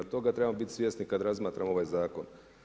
Toga trebamo biti svjesni, kada razmatramo ovaj zakon.